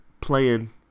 playing